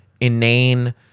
inane